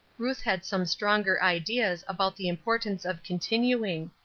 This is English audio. ruth had some stronger ideas about the importance of continuing.